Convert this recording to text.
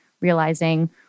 realizing